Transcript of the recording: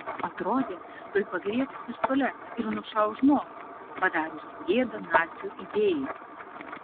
atrodė tuoj pagriebs pistoletą ir nušaus žmogų padariusį gėdą nacių idėjai